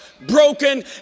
broken